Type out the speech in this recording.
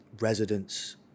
residents